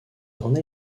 orné